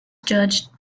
judged